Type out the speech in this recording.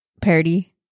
parody